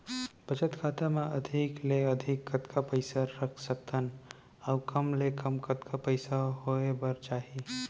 बचत खाता मा अधिक ले अधिक कतका पइसा रख सकथन अऊ कम ले कम कतका पइसा होय बर चाही?